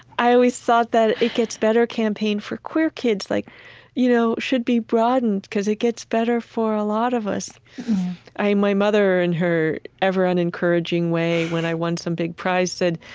i always thought that it gets better campaign for queer kids like you know should be broadened, because it gets better for a lot of us my mother in her ever un-encouraging way when i won some big prize said,